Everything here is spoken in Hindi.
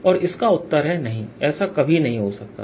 और इसका उत्तर है नहीं ऐसा कभी नहीं हो सकता है